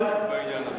יש בינינו בעניין הזה.